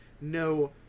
No